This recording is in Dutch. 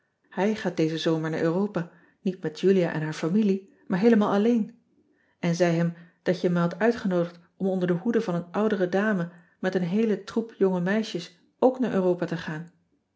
ij gaat dezen zomer naar uropa niet met ulia en haar familie maar heelemaal alleen n zei hem dat je me had uitgenoodigd om onder de hoede van een oudere dame met een heele troep jonge meisjes ook naar uropa te gaan